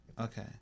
Okay